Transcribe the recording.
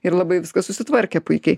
ir labai viskas susitvarkė puikiai